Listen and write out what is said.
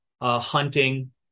hunting